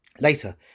Later